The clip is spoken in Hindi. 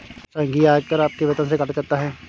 संघीय आयकर आपके वेतन से काटा जाता हैं